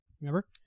remember